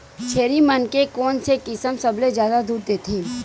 छेरी मन के कोन से किसम सबले जादा दूध देथे?